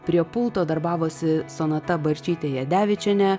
prie pulto darbavosi sonata barčytė jadevičienė